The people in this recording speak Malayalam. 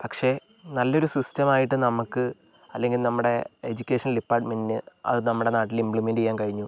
പക്ഷെ നല്ലൊരു സിസ്റ്റമായിട്ട് നമുക്ക് അല്ലെങ്കിൽ നമ്മുടെ എഡ്യൂക്കേഷണൽ ഡിപ്പാർട്ട്മെൻ്റിന് അത് നമ്മുടെ നാട്ടിൽ ഇമ്പ്ലിമെന്റ് ചെയ്യാൻ കഴിഞ്ഞു